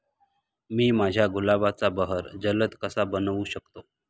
मी माझ्या गुलाबाचा बहर जलद कसा बनवू शकतो?